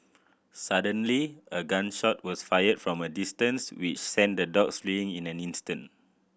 suddenly a gun shot was fired from a distance which sent the dogs fleeing in an instant